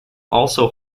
also